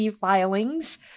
filings